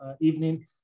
evening